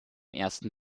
ersten